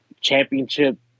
championship